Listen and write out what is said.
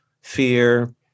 fear